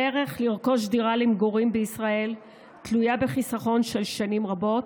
הדרך לרכוש דירה למגורים בישראל תלויה בחיסכון של שנים רבות.